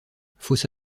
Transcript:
fausse